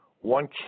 one